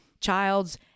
child's